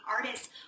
artists